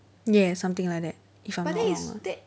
yeah something like that if I'm not wrong